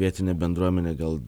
vietinė bendruomenė gal